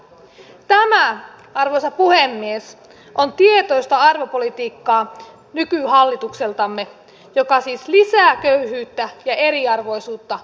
tämä arvoisa puhemies on tietoista arvopolitiikkaa nykyhallitukseltamme joka siis lisää köyhyyttä ja eriarvoisuutta suomessa